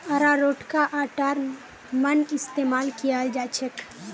अरारोटका आटार मन इस्तमाल कियाल जाछेक